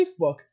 Facebook